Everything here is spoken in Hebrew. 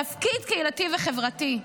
תפקיד קהילתי וחברתי,